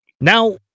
Now